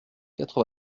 quatre